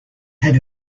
had